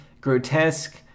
grotesque